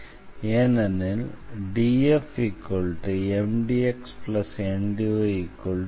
ஏனெனில் df MdxNdy 0